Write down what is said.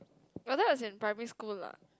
but that was in primary school lah